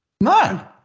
No